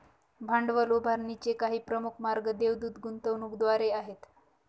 भांडवल उभारणीचे काही प्रमुख मार्ग देवदूत गुंतवणूकदारांद्वारे आहेत